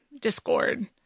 discord